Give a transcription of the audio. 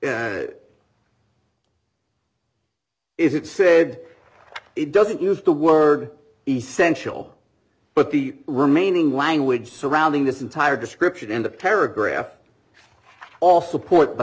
honor is it said it doesn't use the word essential but the remaining language surrounding this entire description in the paragraph all support the